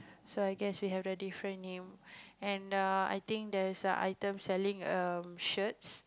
so I guess we have a different name and err I think there's a item selling um shirt